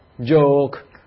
joke